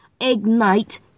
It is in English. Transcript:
ignite